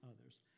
others